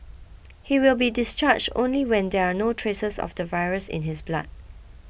he will be discharged only when there are no traces of the virus in his blood